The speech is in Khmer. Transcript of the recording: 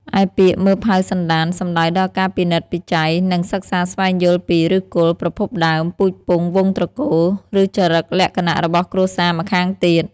ឯពាក្យ មើលផៅសន្តាន សំដៅដល់ការពិនិត្យពិច័យ និងសិក្សាស្វែងយល់ពី ឫសគល់ ប្រភពដើម ពូជពង្ស វង្សត្រកូល ឬចរិតលក្ខណៈ របស់គ្រួសារម្ខាងទៀត។